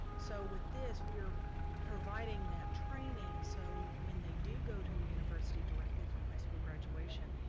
so with this, we are providing that training so when they do go to a university directly from high school graduation,